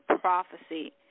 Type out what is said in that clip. Prophecy